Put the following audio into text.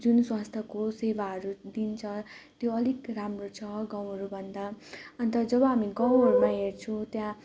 जुन स्वास्थ्यको सेवाहरू दिन्छ त्यो अलिक राम्रो छ गाउँहरूभन्दा अन्त जब हामी गाउँहरूमा हेर्छौँ त्यहाँ